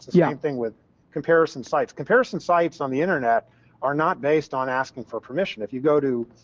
yeah thing with comparison sites. comparison sites on the internet are not based on asking for permission if you go to